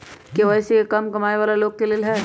KYC का कम कमाये वाला लोग के लेल है?